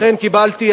אכן קיבלתי.